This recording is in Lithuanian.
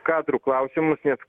kadrų klausimus nes